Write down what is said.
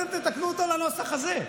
אתם תתקנו אותו לנוסח הזה,